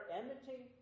enmity